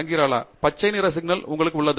டங்கிராலா பச்சை நிற சிக்னல் உள்ளது